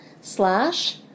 slash